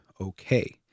okay